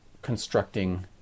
constructing